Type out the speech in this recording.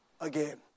again